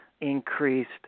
increased